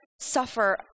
suffer